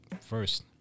first